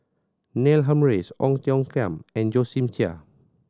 Neil Humphreys Ong Tiong Khiam and Josephine Chia